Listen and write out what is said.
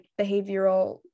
behavioral